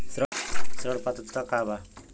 ऋण पात्रता का बा?